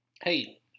Hey